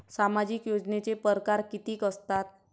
सामाजिक योजनेचे परकार कितीक असतात?